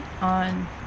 on